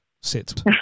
sit